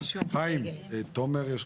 אני לא מצליח להבין.